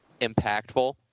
impactful